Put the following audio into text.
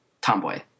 tomboy